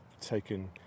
taken